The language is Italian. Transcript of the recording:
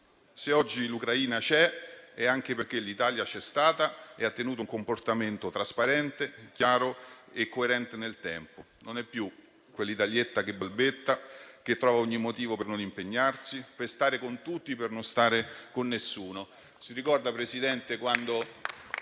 Se oggi l'Ucraina c'è è anche perché l'Italia c'è stata e ha tenuto un comportamento trasparente, chiaro e coerente nel tempo. Non è più quella "Italietta" che balbetta e trova ogni motivo per non impegnarsi, per stare con tutti per non stare con nessuno.